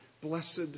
Blessed